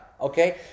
Okay